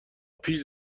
پیش